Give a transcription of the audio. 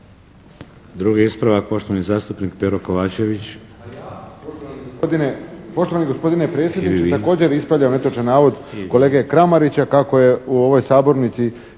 Drugi ispravak, poštovani zastupnik Pero Kovačević.